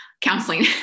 counseling